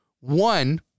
One